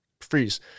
freeze